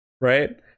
right